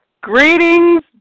Greetings